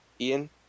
Ian